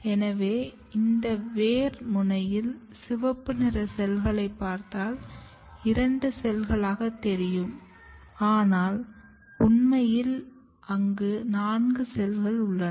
எனவே இந்த வேர் முனையில் சிவப்பு நிற செல்களை பார்த்தால் இரண்டு செல்களாக தெரியும் ஆனால் உண்மையில் அங்கு நான்கு உள்ளது